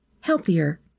healthier